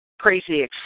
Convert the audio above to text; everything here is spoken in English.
crazy